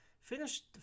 finished